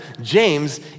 James